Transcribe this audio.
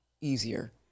easier